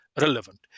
relevant